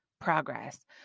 progress